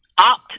opt